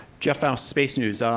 jeff foust, space news, um